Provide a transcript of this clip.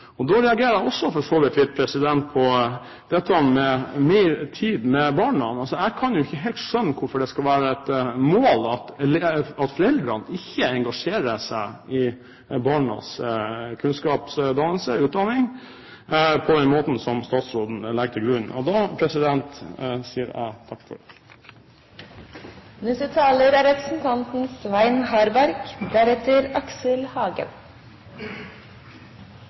Da reagerer jeg også for så vidt litt på dette med foreldres tid med barna. Jeg kan ikke helt skjønne hvorfor det skal være et mål at foreldrene ikke engasjerer seg i barnas kunnskapsdannelse/utdanning på den måten som statsråden legger til grunn. Da sier jeg takk. Det er mulig vi står i fare for